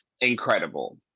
incredible